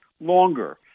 longer